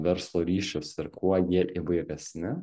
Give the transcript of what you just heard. verslo ryšius ir kuo jie įvairesni